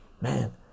man